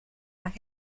más